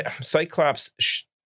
cyclops